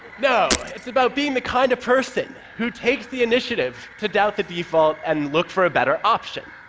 no, it's about being the kind of person who takes the initiative to doubt the default and look for a better option.